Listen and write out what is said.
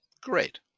Great